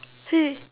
he got he